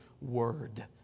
word